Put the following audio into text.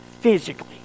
physically